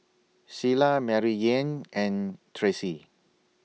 Cilla Maryanne and Tracee